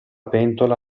pentola